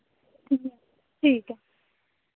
ठीक ऐ